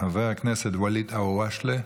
חבר הכנסת ואליד אלהואשלה,